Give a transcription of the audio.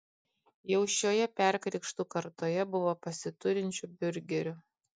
jau šioje perkrikštų kartoje buvo pasiturinčių biurgerių